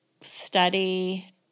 study